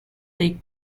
take